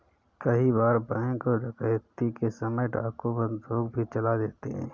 कई बार बैंक डकैती के समय डाकू बंदूक भी चला देते हैं